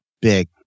Big